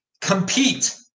Compete